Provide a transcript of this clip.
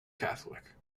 catholic